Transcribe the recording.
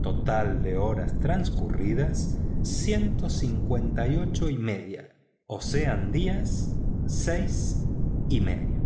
total de horas transcurridas ciento cincuenta y ocho y media o sea seis días y medio